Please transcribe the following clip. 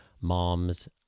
mom's